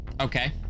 Okay